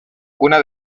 una